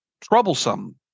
troublesome